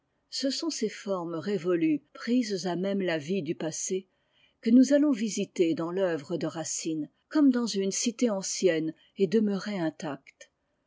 ce sont ces formes révolues prises à même la vie du passé que nous allons visiter dans l'ceuvre de racine comme dans une cité ancienne et demeurée intacte